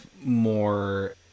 more